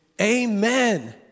Amen